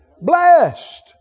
Blessed